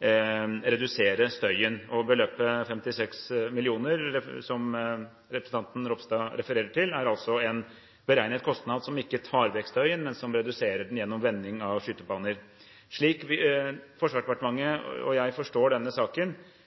redusere støyen. Beløpet 56 mill. kr, som representanten Ropstad refererer til, er en beregnet kostnad, som ikke tar vekk støyen, men som reduserer den gjennom vending av skytebaner. Slik Forsvarsdepartementet og jeg forstår denne saken,